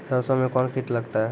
सरसों मे कौन कीट लगता हैं?